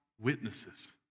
witnesses